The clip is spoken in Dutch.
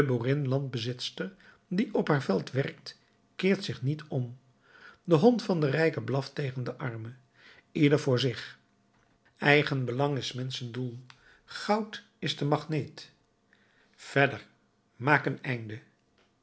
de boerin landbezitster die op haar veld werkt keert zich niet om de hond van den arme blaft tegen den rijke de hond van den rijke blaft tegen den arme ieder voor zich eigenbelang is s menschen doel goud is de magneet verder maak een einde